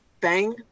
bang